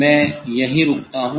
मैं यहीं रुकता हूँ